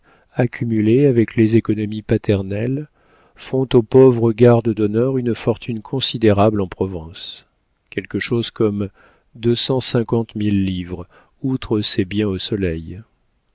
accumulées avec les économies paternelles font au pauvre garde d'honneur une fortune considérable en provence quelque chose comme deux cent cinquante mille livres outre ses biens au soleil